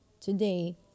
today